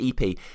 ep